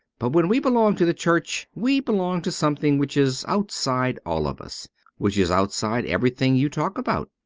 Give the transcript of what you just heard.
but when we belong to the church we belong to something which is outside all of us which is outside everything you talk about,